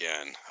again